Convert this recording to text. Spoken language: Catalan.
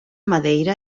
madeira